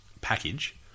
package